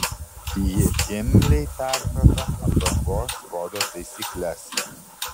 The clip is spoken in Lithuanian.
ji imliai perprato aprangos kodo taisykles